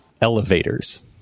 Elevators